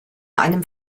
einem